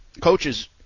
coaches